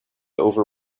over